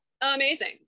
amazing